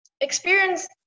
experience